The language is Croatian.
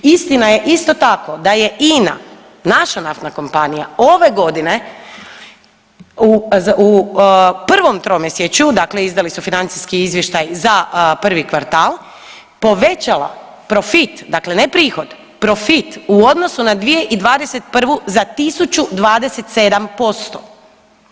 Istina je isto tako da je INA, naša naftna kompanija ove godine u prvom tromjesečju, dakle izdali su financijski izvještaj za prvi kvartal povećala profit, dakle ne prihod, profit u odnosu na 2021. za 1027%